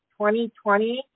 2020